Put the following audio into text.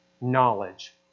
knowledge